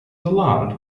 alarmed